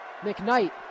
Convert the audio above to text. McKnight